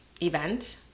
event